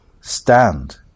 stand